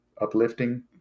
uplifting